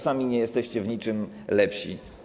Sami nie jesteście w niczym lepsi.